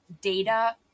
data